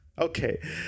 Okay